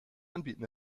anbieten